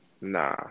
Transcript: Nah